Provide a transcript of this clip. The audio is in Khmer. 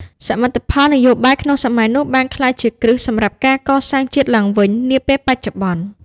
សមិទ្ធផលនយោបាយក្នុងសម័យនោះបានក្លាយជាគ្រឹះសម្រាប់ការកសាងជាតិឡើងវិញនាពេលបច្ចុប្បន្ន។